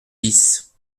dix